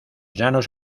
llanos